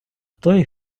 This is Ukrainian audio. той